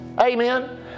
Amen